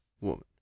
woman